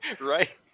right